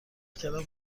کردم